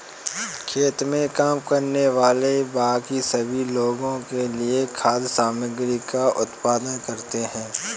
खेत में काम करने वाले बाकी सभी लोगों के लिए खाद्य सामग्री का उत्पादन करते हैं